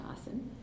Awesome